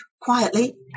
quietly